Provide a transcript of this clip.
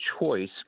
choice